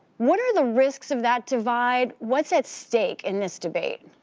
what are the risks of that divide? what's at stake in this debate?